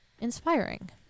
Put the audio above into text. inspiring